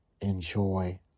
enjoy